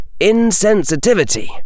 insensitivity